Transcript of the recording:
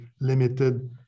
limited